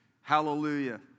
Hallelujah